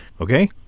okay